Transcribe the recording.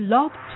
Love